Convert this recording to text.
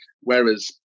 whereas